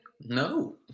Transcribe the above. No